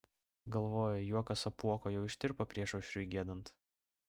galvoji juokas apuoko jau ištirpo priešaušriui giedant